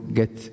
get